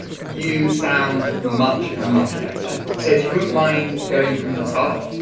you sound much, much better. so if you wouldn't mind going from the top,